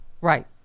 right